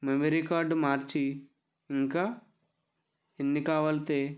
memory card మార్చి ఇంకా ఎన్ని కావాలి అంటే